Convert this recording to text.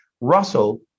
Russell